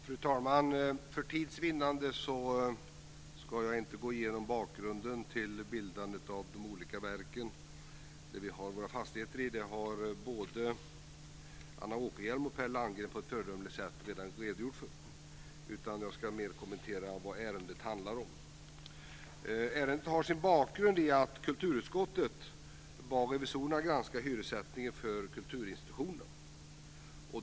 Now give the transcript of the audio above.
Fru talman! För tids vinnande ska jag inte gå igenom bakgrunden till bildandet av de olika verk där vi har våra fastigheter. Det har både Anna Åkerhielm och Per Landgren på ett föredömligt sätt redan redogjort för. Jag ska mer kommentera vad ärendet handlar om. Ärendet har sin bakgrund i att kulturutskottet bad revisorerna granska hyressättningen för kulturinstitutionerna.